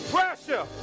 Pressure